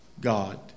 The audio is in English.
god